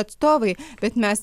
atstovai bet mes